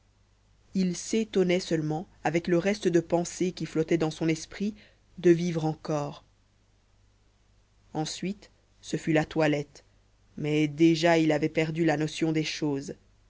il s'étonnait seulement avec le reste de pensée qui flottait dans son esprit de vivre encore ensuite ce fut la toilette mais déjà il avait perdu la notion des choses